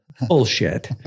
bullshit